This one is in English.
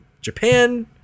Japan